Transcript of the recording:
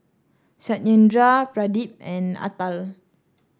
Satyendra Pradip and Atal